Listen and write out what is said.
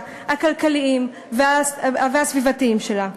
הכלכליים והסביבתיים שלה.